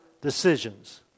decisions